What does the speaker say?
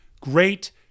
Great